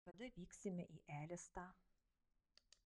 kada vyksime į elistą